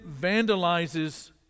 vandalizes